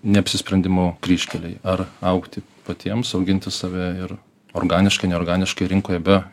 neapsisprendimo kryžkelėj ar augti patiems auginti save ir organiškai neorganiškai rinkoje be